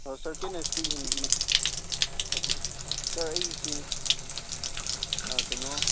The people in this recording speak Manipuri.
sir can I speak in okay sir sir ꯑꯩꯒꯤꯁꯤ ꯀꯩꯅꯣ